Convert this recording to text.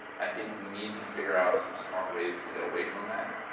i think we need to figure out some smart ways to get away from that.